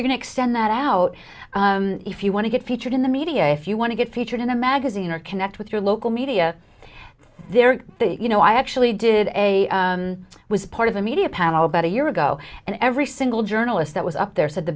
you can extend that out if you want to get featured in the media if you want to get featured in a magazine or connect with your local media there you know i actually did a was part of the media panel about a year ago and every single journalist that was up there said the